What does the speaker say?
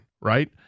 right